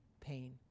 pain